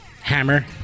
hammer